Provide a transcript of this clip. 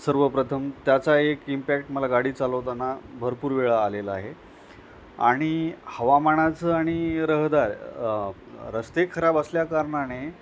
सर्वप्रथम त्याचा एक इम्पॅक्ट मला गाडी चालवताना भरपूर वेळा आलेला आहे आणि हवामानाचं आणि रहदार रस्ते खराब असल्या कारणाने